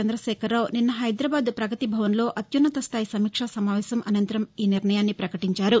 చంద్రశేఖర్ రావు నిన్న హైదరాబాద్ ప్రగతి భవన్లో అత్యన్నత స్థాయి సమీక్ష సమావేశం అసంతరం ఈ నిర్ణయాన్ని ప్రకటించారు